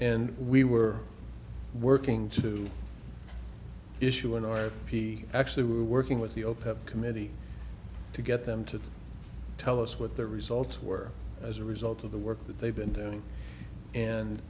and we were working to issue an order he actually were working with the open committee to get them to tell us what the results were as a result of the work that they've been doing and